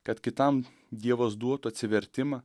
kad kitam dievas duotų atsivertimą